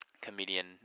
comedian